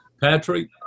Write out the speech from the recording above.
Patrick